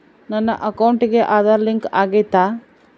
ನನ್ನ ಅಕೌಂಟಿಗೆ ಆಧಾರ್ ಲಿಂಕ್ ಆಗೈತಾ?